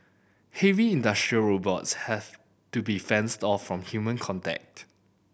heavy industrial robots have to be fenced off from human contact